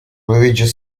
religious